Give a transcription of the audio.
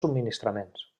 subministraments